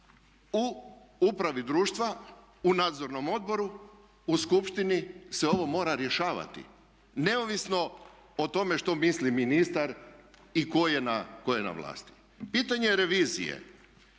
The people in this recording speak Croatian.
u upravi društva u nadzornom odboru, u skupštini se ovo mora rješavati neovisno o tome što misli ministar i tko je na vlasti. Pitanje je revizije